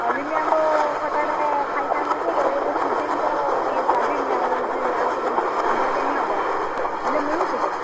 କଲିମି ଆମ୍ବ ଖଟାଟା ଖାଇଥାଆନ୍ତି ଯେ ବ ଏବେ ସିଜିନ୍ ତ ଟିକେ ଚାଲିନି ଆଉ ଦୁଇ ଆଉ ଗୋଟେ ପନ୍ଦର ଦିନ ହେବ ହେଲେ ମିଳୁଛି କି